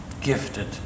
Gifted